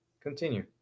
Continue